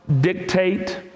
dictate